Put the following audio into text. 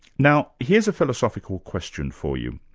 now here's a philosophical question for you.